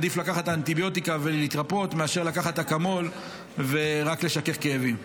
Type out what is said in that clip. עדיף לקחת אנטיביוטיקה ולהירפא מאשר לקחת אקמול ורק לשכך כאבים.